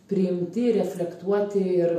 priimti ir reflektuoti ir